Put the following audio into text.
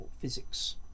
physics